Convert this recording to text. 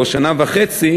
או לשנה וחצי,